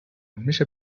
میشه